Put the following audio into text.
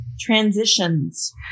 transitions